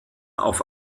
auf